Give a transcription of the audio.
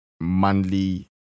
manly